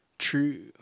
true